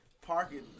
parking